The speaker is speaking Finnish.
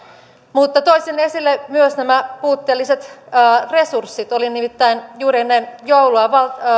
mutta toisin esille myös nämä puutteelliset resurssit olin nimittäin juuri ennen joulua